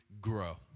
grow